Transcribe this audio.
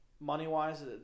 money-wise